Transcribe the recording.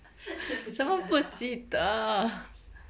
什么不记得